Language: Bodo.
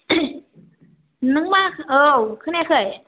नों मा औ खोनायाखै